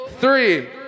three